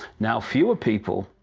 now fewer people